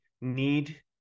need